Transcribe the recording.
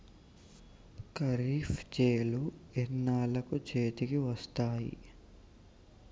ఖరీఫ్ చేలు ఎన్నాళ్ళకు చేతికి వస్తాయి?